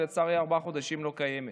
שלצערי ארבעה חודשים לא קיימת,